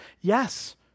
Yes